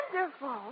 Wonderful